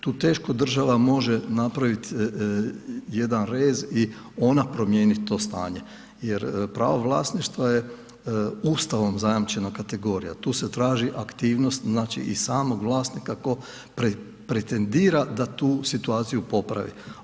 Tu teško država može napraviti jedan rez i ona promijenit to stanje jer pravo vlasništva je Ustavom zajamčena kategorija, tu se traži aktivnost znači i samog vlasnika koji pretendira tu situaciju popravi.